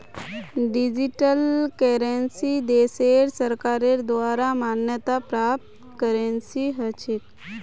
digital currency देशेर सरकारेर द्वारे मान्यता प्राप्त करेंसी ह छेक